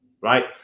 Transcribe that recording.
right